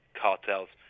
cartels